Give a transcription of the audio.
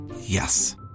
Yes